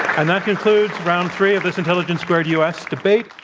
and that concludes round three of this intelligence squared u. s. debate.